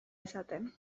izaten